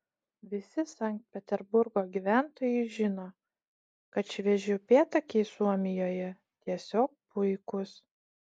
visi sankt peterburgo gyventojai žino kad švieži upėtakiai suomijoje tiesiog puikūs